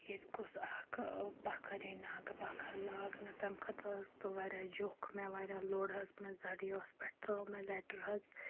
ییٚتہِ گوٚژھ اکھ پَکھرے ناگہٕ پکھٕر لاگنہٕ تَمہِ خٲطرٕ حظ تُل واریاہ جوٚکھ مےٚ واریاہ لوٚڈ حظ مےٚ زٮ۪ڈ ای اووَس پٮ۪ٹھ ترٛٲو مےٚ لٮ۪ٹر حظ